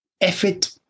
effort